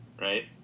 right